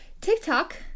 TikTok